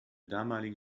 damaligen